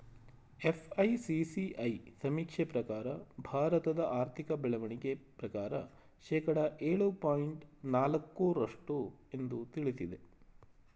FICCI ಸಮೀಕ್ಷೆ ಪ್ರಕಾರ ಭಾರತದ ಆರ್ಥಿಕ ಬೆಳವಣಿಗೆ ಪ್ರಕಾರ ಶೇಕಡ ಏಳು ಪಾಯಿಂಟ್ ನಾಲಕ್ಕು ರಷ್ಟು ಎಂದು ತಿಳಿಸಿದೆ